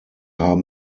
haben